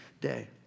day